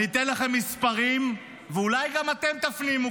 אני אתן לכם מספרים ואולי גם אתם תפנימו,